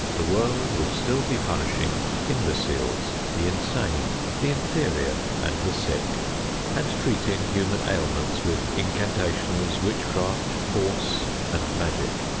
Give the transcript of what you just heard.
the world would still be punishing imbeciles, the insane, the inferior and the sick and treating human ailments with incantations, witchcraft, force and magic.